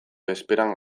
bezperan